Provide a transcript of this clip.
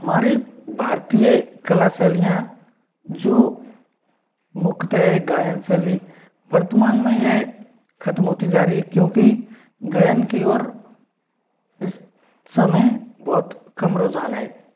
हमारे भारतीय कला शैलियाँ जो मुख्यत है गायन शैली वर्तमान में यह खत्म होती जा रही है क्योंकि गायन की ओर इस समय बहुत कम रुझान है